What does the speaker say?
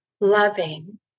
loving